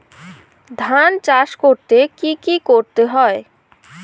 ধান চাষ করতে কি কি করতে হয়?